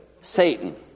Satan